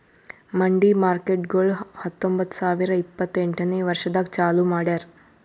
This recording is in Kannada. ಮಂಡಿ ಮಾರ್ಕೇಟ್ಗೊಳ್ ಹತೊಂಬತ್ತ ಸಾವಿರ ಇಪ್ಪತ್ತು ಎಂಟನೇ ವರ್ಷದಾಗ್ ಚಾಲೂ ಮಾಡ್ಯಾರ್